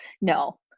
no